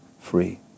Free